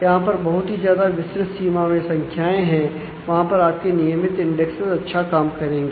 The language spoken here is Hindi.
जहां पर बहुत ही ज्यादा विस्तृत सीमा में संख्याएं हैं वहां पर आपकी नियमित इंडेक्सेस अच्छा काम करेगी